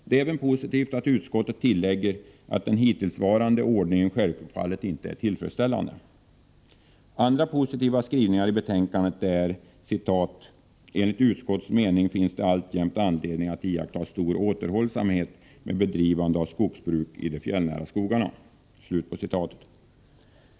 Det är även positivt att utskottet tillägger att den hittillsvarande ordningen självfallet inte är tillfredsställande. Andra positiva skrivningar i betänkandet är att det enligt utskottets mening alltjämt finns anledning att iaktta stor återhållsamhet med bedrivande av skogsbruk i de s.k. fjällnära skogarna.